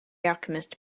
alchemist